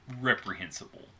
reprehensible